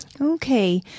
Okay